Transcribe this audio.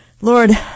Lord